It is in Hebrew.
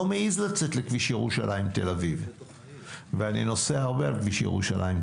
לא מעיז לצאת לכביש ירושלים תל אביב ואני נוסע הרבה על הכביש הזה.